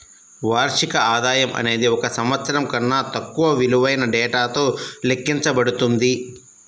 వార్షిక ఆదాయం అనేది ఒక సంవత్సరం కన్నా తక్కువ విలువైన డేటాతో లెక్కించబడుతుంది